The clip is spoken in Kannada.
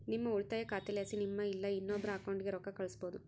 ನಿಮ್ಮ ಉಳಿತಾಯ ಖಾತೆಲಾಸಿ ನಿಮ್ಮ ಇಲ್ಲಾ ಇನ್ನೊಬ್ರ ಅಕೌಂಟ್ಗೆ ರೊಕ್ಕ ಕಳ್ಸೋದು